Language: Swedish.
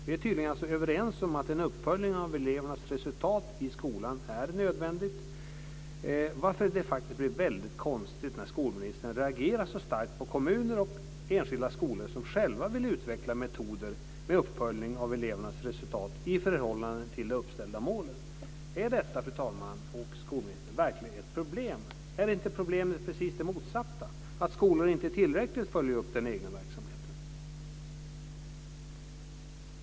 Vi är tydligen överens om att en uppföljning av elevernas resultat i skolan är nödvändig, varför det faktiskt blir konstigt när skolministern reagerar så starkt på kommuner och enskilda skolor som själva vill utveckla metoder med uppföljning av elevernas resultat i förhållande till de uppställda målen. Är detta, fru talman och skolministern, verkligen ett problem? Är inte problemet precis det motsatta, att skolor inte tillräckligt följer upp den egna verksamheten?